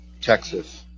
Texas